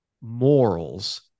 morals